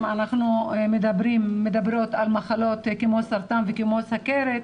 אם אנחנו מדברות על מחלות כמו סרטן וסכרת,